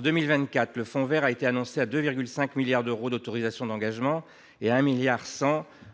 2024, le fonds vert est annoncé à 2,5 milliards d’euros en autorisations d’engagement et à 1,1 milliard